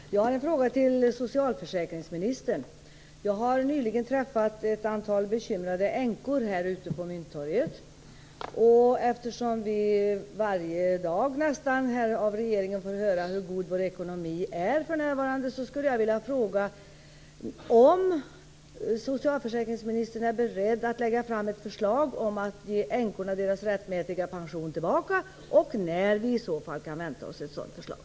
Herr talman! Jag har en fråga till socialförsäkringsministern. Jag har nyligen träffat ett antal bekymrade änkor ute på Mynttorget, och eftersom vi nästan varje dag får höra från regeringen hur god vår ekonomi är för närvarande, skulle jag vilja fråga om socialförsäkringsministern är beredd att lägga fram ett förslag om att ge änkorna deras rättmätiga pension tillbaka och när vi i så fall kan vänta oss ett sådant förslag.